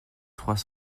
trois